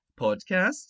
podcasts